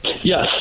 Yes